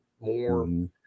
more